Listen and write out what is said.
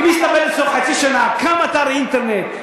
אם יסתבר לי בתוך חצי שנה שקם אתר אינטרנט,